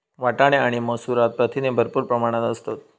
वाटाणे आणि मसूरात प्रथिने भरपूर प्रमाणात असतत